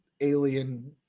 alien